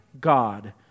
God